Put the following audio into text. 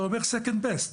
זה אומר "second best":